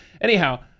Anyhow